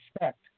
respect